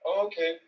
Okay